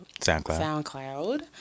soundcloud